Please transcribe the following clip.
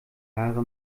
haare